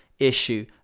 issue